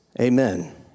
Amen